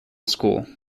school